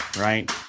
right